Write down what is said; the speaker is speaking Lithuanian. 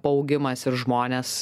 paaugimas ir žmonės